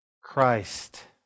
Christ